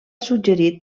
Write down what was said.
suggerit